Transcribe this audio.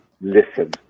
listen